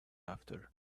after